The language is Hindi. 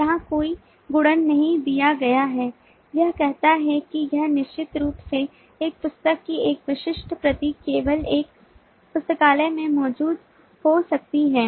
यहाँ कोई गुणन नहीं दिया गया है यह कहता है कि यह निश्चित रूप से एक पुस्तक की एक विशिष्ट प्रति केवल एक पुस्तकालय में मौजूद हो सकती है